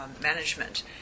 management